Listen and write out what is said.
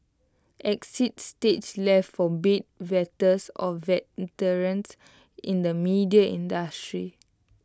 exit stage left for bed wetters or veterans in the media industry